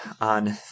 on